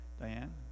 Diane